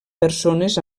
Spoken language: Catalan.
persones